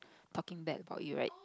talking bad about you right